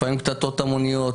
לפעמים קטטות המוניות,